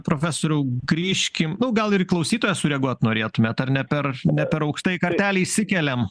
profesoriau grįžkim gal ir į klausytoją sureaguot norėtumėt ar ne per ne per aukštai kartelę išsikeliam